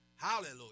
Hallelujah